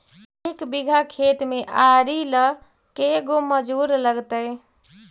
एक बिघा खेत में आरि ल के गो मजुर लगतै?